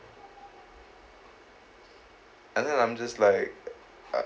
and then I'm just like uh